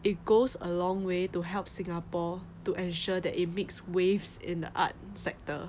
it goes a long way to help singapore to ensure that it makes waves in the art sector